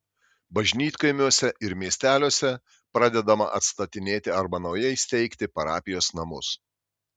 bažnytkaimiuose ir miesteliuose pradedama atstatinėti arba naujai steigti parapijos namus